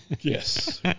Yes